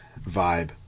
vibe